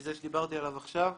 מזה שדברתי עליו עכשיו,